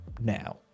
now